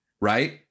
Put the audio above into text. right